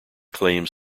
claims